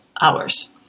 hours